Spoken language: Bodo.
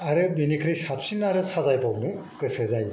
आरो बिनिख्रुइ साबसिन आरो साजायबावनो गोसो जायो